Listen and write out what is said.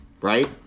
right